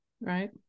Right